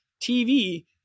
TV